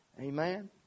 Amen